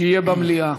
שיהיה במליאה.